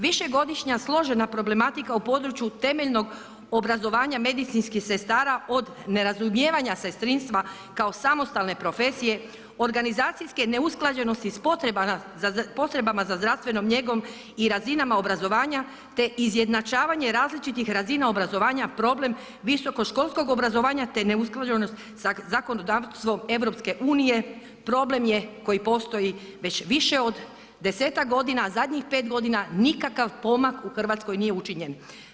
Višegodišnja složena problematika u području temeljnog obrazovanja medicinskih sestara od nerazumijevanja sestrinstva kao samostalne profesije organizacijske neusklađenosti s potrebama za zdravstvenom njegom i razinama obrazovanja te izjednačavanje različitih razina obrazovanja, problem visokoškolskog obrazovanja te neusklađenost sa zakonodavstvom EU-a, problem je koji postoji već više od desetak godina a zadnjih 5 godina nikakav pomak u Hrvatskoj nije učinjen.